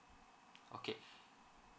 okay